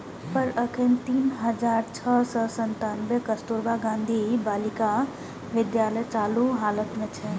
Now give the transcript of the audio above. पर एखन तीन हजार छह सय सत्तानबे कस्तुरबा गांधी बालिका विद्यालय चालू हालत मे छै